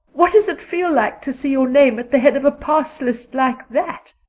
what does it feel like to see your name at the head of a pass list like that?